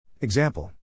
Example